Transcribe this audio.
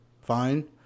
Fine